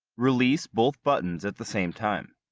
release both buttons at the same time.